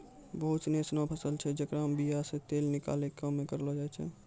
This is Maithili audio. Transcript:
बहुते सिनी एसनो फसल छै जेकरो बीया से तेल निकालै के काम करलो जाय छै